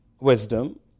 wisdom